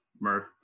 Murph